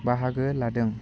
बाहागो लादों